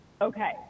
okay